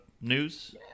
news